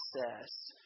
process